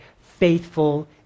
Faithful